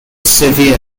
severe